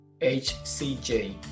HCJ